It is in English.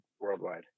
worldwide